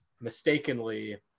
mistakenly